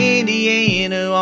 Indiana